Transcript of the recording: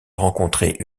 rencontrait